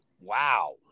Wow